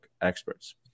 experts